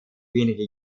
wenige